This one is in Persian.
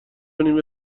نیمه